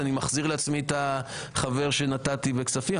אני מחזיר לעצמי את החבר שנתתי בכספים.